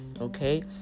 okay